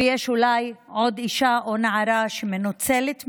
ויש אולי עוד אישה או נערה שמנוצלת מינית,